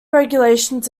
regulations